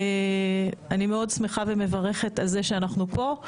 אבל אני מאוד שמחה ומברכת על זה שאנחנו פה.